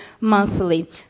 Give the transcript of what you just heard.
monthly